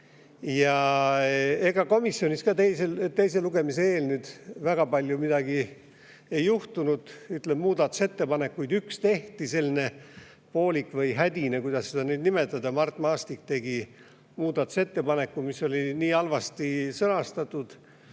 olla. Ega komisjonis ka teise lugemise eel väga palju midagi ei juhtunud. Ütleme, üks muudatusettepanek tehti, selline poolik või hädine või kuidas seda nüüd nimetada. Mart Maastik tegi muudatusettepaneku, mis oli nii halvasti sõnastatud,